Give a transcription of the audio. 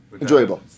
enjoyable